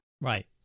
right